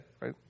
right